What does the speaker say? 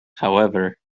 however